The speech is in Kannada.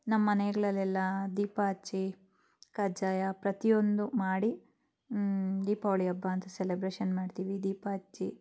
ನಮ್ಮ ಮನೆಗಳಲೆಲ್ಲ ದೀಪ ಹಚ್ಚಿ ಕಜ್ಜಾಯ ಪ್ರತಿಯೊಂದು ಮಾಡಿ ದೀಪಾವಳಿ ಹಬ್ಬ ಅಂತ ಸೆಲಬ್ರೇಷನ್ ಮಾಡ್ತೀವಿ ದೀಪ ಹಚ್ಚಿ